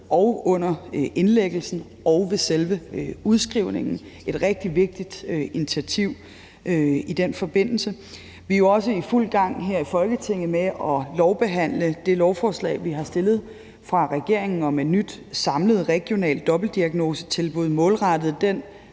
og under indlæggelsen og ved selve udskrivningen. Det er et rigtig vigtigt initiativ i den forbindelse. Vi er jo også i fuld gang her i Folketinget med at lovbehandle det lovforslag, vi som regering har fremsat, om et nyt samlet regionalt dobbeltdiagnosetilbud målrettet den